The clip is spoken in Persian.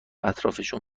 اطرافشون